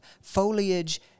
foliage